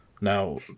Now